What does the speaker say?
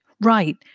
Right